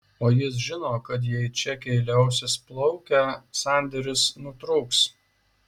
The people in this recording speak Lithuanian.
o jis žino kad jei čekiai liausis plaukę sandėris nutrūks